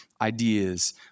ideas